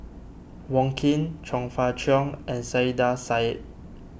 Wong Keen Chong Fah Cheong and Saiedah Said